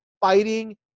fighting